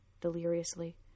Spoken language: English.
deliriously